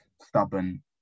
stubborn